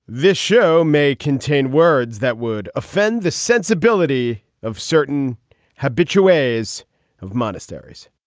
this show may contain words that would offend the sensibility of certain habitual ways of monasteries